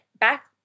back